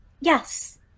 Yes